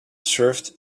served